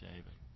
David